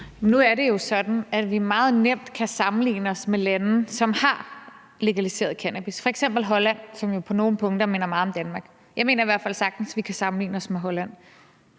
nu er det jo sådan, at vi meget nemt kan sammenligne os med lande, som har legaliseret cannabis, f.eks. Holland, som jo på nogle punkter minder meget om Danmark. Jeg mener i hvert fald sagtens, vi kan sammenligne os med Holland,